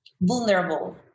vulnerable